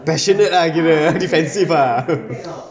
passionate ah kira defensive ah